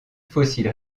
fossiles